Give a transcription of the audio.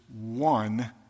one